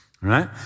right